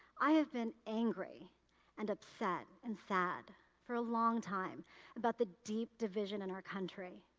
i have been angry and upset and sad for a long time about the deep division in our country.